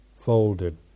folded